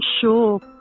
sure